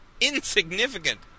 Insignificant